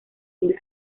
del